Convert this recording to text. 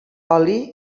oli